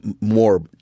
more